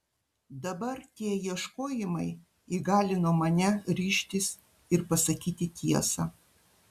dabar tie ieškojimai įgalino mane ryžtis ir pasakyti tiesą